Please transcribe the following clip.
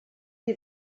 die